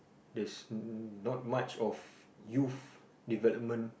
there's not much of youth development